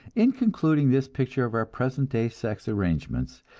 in concluding this picture of our present-day sex arrangements,